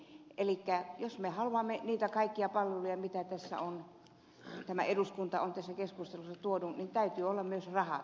elikkä jos me haluamme niitä kaikkia palveluja mitä tämä eduskunta on tässä keskustelussa tuonut esiin niin täytyy olla myös rahat